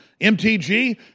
MTG